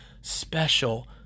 special